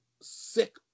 sick